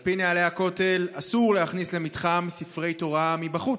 על פי נוהלי הכותל אסור להכניס למתחם ספרי תורה מבחוץ.